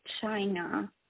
China